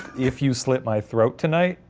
if you slit my throat tonight,